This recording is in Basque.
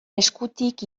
eskutik